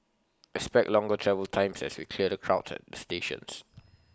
expect longer travel times as we clear the crowds at the stations